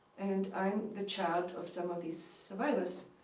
and i'm the child of some of these survivors.